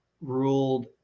ruled